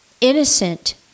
innocent